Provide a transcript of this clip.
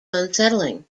unsettling